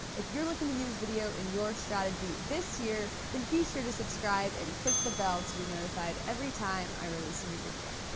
if you're looking to use video in your strategy this year, then be sure to subscribe and click the bell to be notified every time i release a new video.